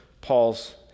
Paul's